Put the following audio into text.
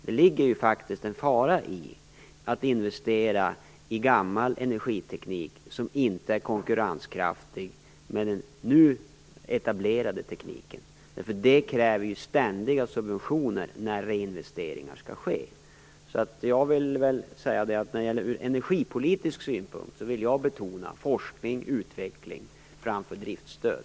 Det ligger en fara i att investera i gammal energiteknik som inte är konkurrenskraftig i förhållande till den nu etablerade tekniken. Det kräver ständiga subventioner när reinvesteringar skall ske. Jag vill ur energipolitisk synpunkt betona forskning och utveckling framför driftsstöd.